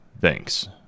Thanks